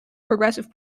progressive